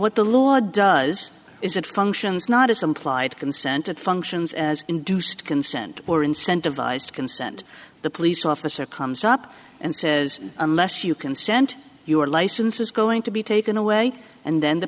what the law does is it functions not as implied consent it functions as induced consent or incentivized consent the police officer comes up and says unless you consent your license is going to be taken away and then the